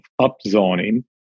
upzoning